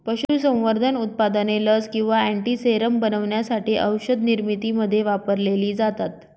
पशुसंवर्धन उत्पादने लस किंवा अँटीसेरम बनवण्यासाठी औषधनिर्मितीमध्ये वापरलेली जातात